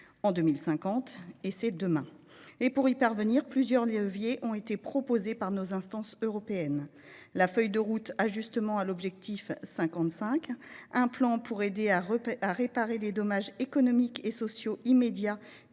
en 2050. C'est demain ! Pour atteindre cet objectif, plusieurs leviers ont été proposés par nos instances européennes : la feuille de route « Ajustement à l'objectif 55 »; un plan pour aider à réparer les dommages économiques et sociaux immédiats